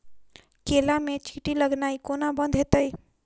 केला मे चींटी लगनाइ कोना बंद हेतइ?